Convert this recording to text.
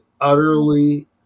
utterly